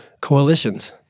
coalitions